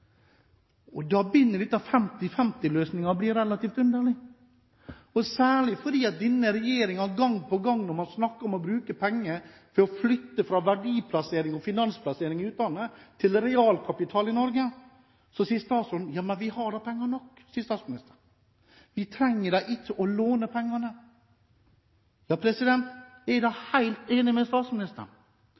relativt underlig, særlig når denne regjeringen og statsministeren gang på gang, når man snakker om å flytte penger fra verdiplassering og finansplassering i utlandet til realkapital i Norge, sier: Ja, men vi har da penger nok – vi trenger da ikke å låne pengene. Jeg er helt enig med statsministeren.